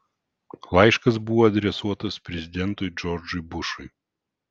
laiškas buvo adresuotas prezidentui džordžui bušui